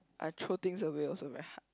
I throw things away also very hard